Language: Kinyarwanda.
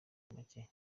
macye